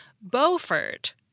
Beaufort